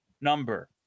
number